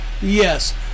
Yes